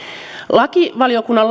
lakivaliokunnan